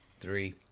three